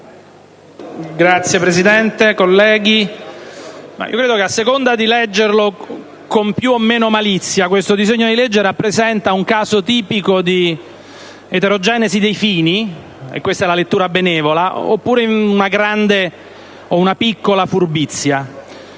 Signor Presidente, colleghi, credo che, a seconda che lo leggiamo con maggiore o minore malizia, questo disegno di legge rappresenti un caso tipico di eterogenesi dei fini - e questa è la lettura benevola - oppure una piccola grande furbizia.